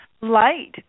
light